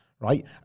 Right